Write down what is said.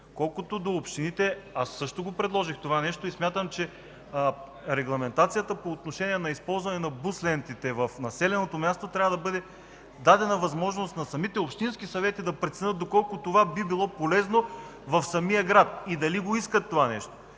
Колкото до общините, аз също предложих това и смятам, че регламентацията по отношение на използването на бус лентите в населеното място трябва да бъде дадена като възможност на общинските съвети, за да преценят доколко това би било полезно в съответния град и дали го искат, дали